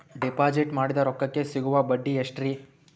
Deposit ಮಾಡಿದ ರೊಕ್ಕಕೆ ಸಿಗುವ ಬಡ್ಡಿ ಎಷ್ಟ್ರೀ?